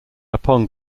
upon